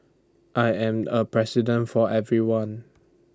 I am A president for everyone